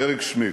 אריק שמידט,